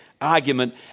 argument